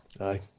Aye